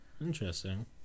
Interesting